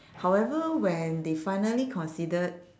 however when they finally considered